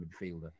midfielder